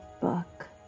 book